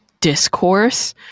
discourse